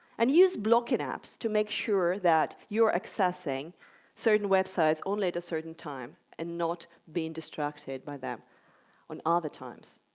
and use blocking apps to make sure that you're accessing certain websites only at a certain time and not being distracted by them at other times.